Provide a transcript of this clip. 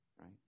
right